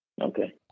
Okay